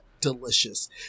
Delicious